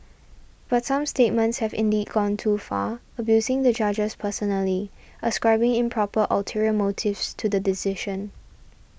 but some statements have indeed gone too far abusing the judges personally ascribing improper ulterior motives to the decision